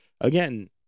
again